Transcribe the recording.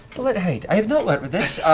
bulette hide? i have not worked with this.